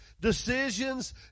decisions